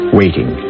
waiting